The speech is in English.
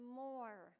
more